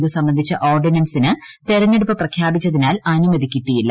ഇതു സംബന്ധിച്ച ഓർഡിനൻസിന് തെരഞ്ഞെടുപ്പ് പ്രഖ്യാപിച്ചതിനാൽ അനുമതി കിട്ടിയില്ല